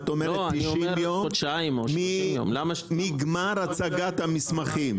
את אומרת 90 יום מגמר הצגת המסמכים.